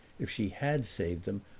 if she had saved them,